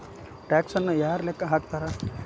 ಟ್ಯಾಕ್ಸನ್ನ ಯಾರ್ ಲೆಕ್ಕಾ ಹಾಕ್ತಾರ?